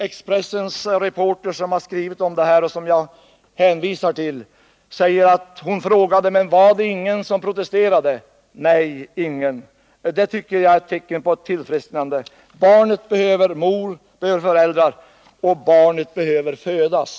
Expressens reporter, som har skrivit om detta och som jag hänvisar till, frågade: Var det ingen som protesterade? Nej, ingen, svarade doktor Humble. Det är ett tecken på tillfrisknande. Barnet behöver föräldrar, och barnet behöver födas.